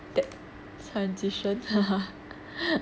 that transition